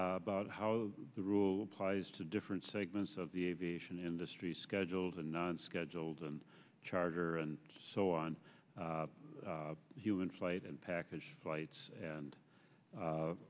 about how the rule applies to different segments of the aviation industry schedules and not scheduled and charter and so on human flight and package flights and